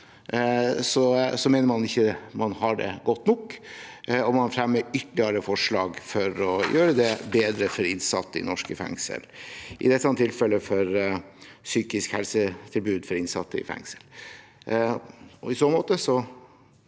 mener man altså at de ikke har det godt nok, og man fremmer ytterligere forslag for å gjøre det bedre for innsatte i norske fengsler. I dette tilfellet gjelder det psykisk helse-tilbud for innsatte i fengsel.